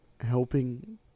helping